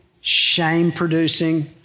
shame-producing